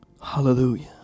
hallelujah